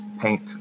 paint